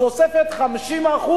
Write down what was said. בתוספת 50%,